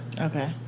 Okay